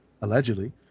allegedly